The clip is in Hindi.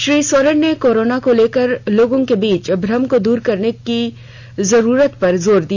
श्री सोरेन ने कोरोना को लेकर लोगों के बीच भ्रम को दूर करने की जरूरत पर जोर दिया